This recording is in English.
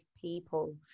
people